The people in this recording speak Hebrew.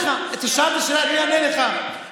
שאלת שאלה, אני אענה לך.